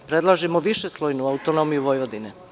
Predlažemo višeslojnu autonomiju Vojvodine.